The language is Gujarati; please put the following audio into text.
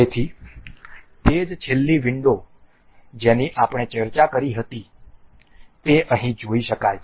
તેથી તે જ છેલ્લી વિંડો જેની આપણે ચર્ચા કરી હતી તે અહીં જોઈ શકાય છે